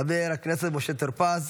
חבר הכנסת משה טור פז,